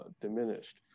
diminished